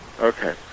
Okay